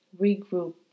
regroup